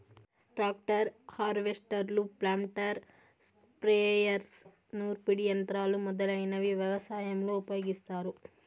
tractor, హార్వెస్టర్లు, planter, sprayers, నూర్పిడి యంత్రాలు మొదలైనవి వ్యవసాయంలో ఉపయోగిస్తారు